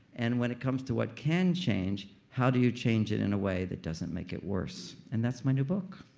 and when it comes to what can change, how do you change it in a way that doesn't make it worse? and that's my new book